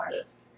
exist